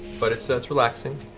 but it's so it's relaxing.